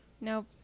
Nope